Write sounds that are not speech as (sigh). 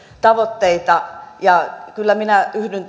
tavoitteita ja kyllä minä yhdyn (unintelligible)